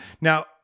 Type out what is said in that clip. Now